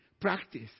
Practice